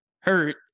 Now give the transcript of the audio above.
hurt